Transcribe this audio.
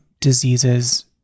diseases